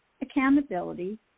accountability